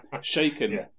shaken